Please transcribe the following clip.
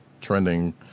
trending